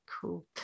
Cool